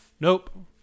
Nope